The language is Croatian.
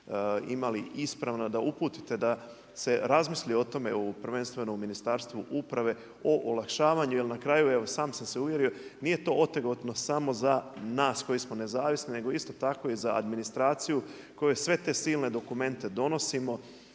imali isprava da uputite da se razmisli o tome prvenstveno u Ministarstvu uprave, o olakšavanju, jer na kraju, evo sam sam se uvjerio, nije to otegnuto samo za nas koji smo nezavisni, nego isto tako i za administraciju, koju sve te silne dokumente donosimo